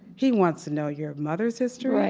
he wants to know your mother's history.